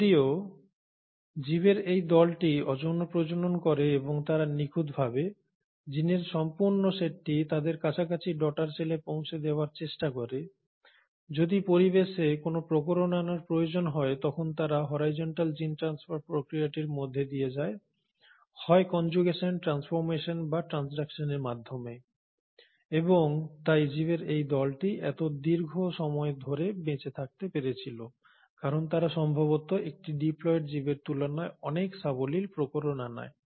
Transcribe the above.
যদিও জীবের এই দলটি অযৌন প্রজনন করে এবং তারা নিখুঁতভাবে জিনের সম্পূর্ণ সেটটি তাদের কাছাকাছি ডটার সেলে পৌঁছে দেওয়ার চেষ্টা করে যদি পরিবেশে কোন প্রকরণ আনার প্রয়োজন হয় তখন তারা হরাইজন্টাল জিম ট্রানস্ফার প্রক্রিয়াটির মধ্যে দিয়ে যায় হয় কনজুগেশন ট্রানসফর্মেশন বা ট্রান্সডাকশনের মাধ্যমে এবং তাই জীবের এই দলটি এত দীর্ঘ সময় ধরে বেঁচে থাকতে পেরেছিল কারণ তারা সম্ভবত একটি ডিপ্লয়েড জীবের তুলনায় অনেক সাবলীল প্রকরণ আনায়